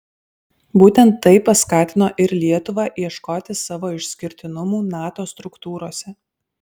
būtent tai paskatino ir lietuvą ieškoti savo išskirtinumų nato struktūrose